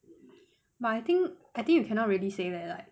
but I think I think you cannot really say like like